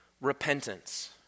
repentance